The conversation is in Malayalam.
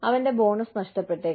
അവന്റെ ബോണസ് നഷ്ടപ്പെട്ടേക്കാം